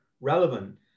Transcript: relevant